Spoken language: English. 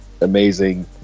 amazing